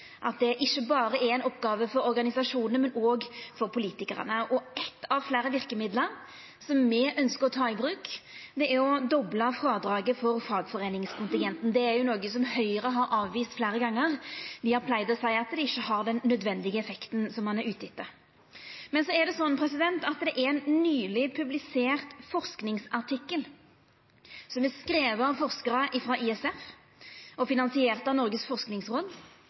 at det ikkje berre er ei oppgåve for organisasjonane, men òg for politikarane. Eitt av fleire verkemiddel, som me ønskjer å ta i bruk, er å dobla frådraget for fagforeiningskontingenten. Det er noko som Høgre har avvist fleire gonger. Dei har pleidd å seia at det ikkje har den nødvendige effekten som ein er ute etter. I ein nyleg publisert forskingsartikkel, som er skriven av forskarar frå Institutt for samfunnsforskning, ISF, og finansiert av Noregs forskingsråd,